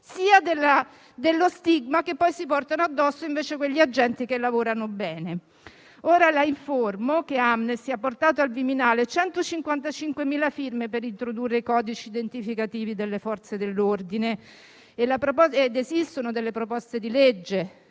sia dello stigma che si portano addosso quegli agenti che lavorano bene. La informo che Amnesty International ha portato al Viminale 155.000 firme per introdurre i codici identificativi delle Forze dell'ordine ed esistono proposte di legge,